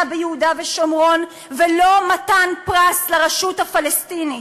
ביהודה ושומרון ולא מתן פרס לרשות הפלסטינית.